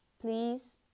please